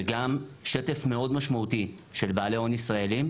וגם שטף מאוד משמעותי של בעלי הון ישראלים,